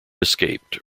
escaped